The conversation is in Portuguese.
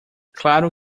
claro